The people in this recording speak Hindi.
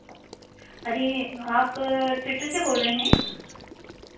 अरे आप थिएटर से बोल रहे हैं